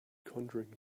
conjuring